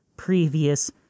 previous